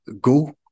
go